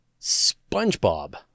SpongeBob